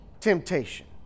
temptation